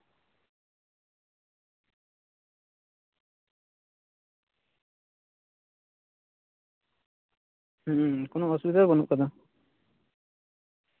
ᱦᱩᱸ ᱠᱚᱱᱳ ᱚᱥᱩᱵᱤᱫᱟ ᱜᱮ ᱵᱟᱹᱱᱩᱜ ᱠᱟᱫᱟ